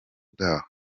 bwaho